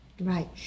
Right